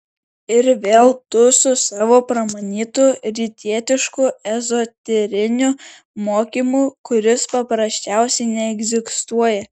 ir vėl tu su savo pramanytu rytietišku ezoteriniu mokymu kuris paprasčiausiai neegzistuoja